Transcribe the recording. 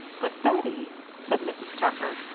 but, bettie, said mrs. tucker,